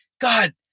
god